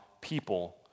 people